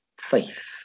faith